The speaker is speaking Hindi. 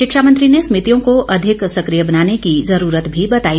शिक्षा मंत्री ने समितियों को अधिक सक्रिय बनाने की जरूरत भी बताई